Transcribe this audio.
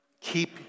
Keep